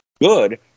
good